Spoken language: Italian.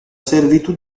servitù